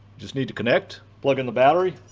just need to connect, plug in the battery,